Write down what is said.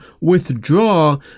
withdraw